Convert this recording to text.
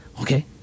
Okay